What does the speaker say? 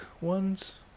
ones